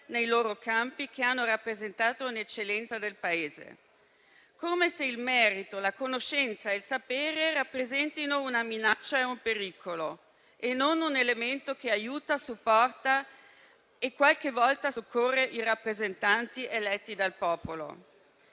nei loro campi e hanno rappresentato un'eccellenza del Paese, come se il merito, la conoscenza e il sapere rappresentassero una minaccia e un pericolo e non un elemento che aiuta, supporta e qualche volta soccorre i rappresentanti eletti dal popolo.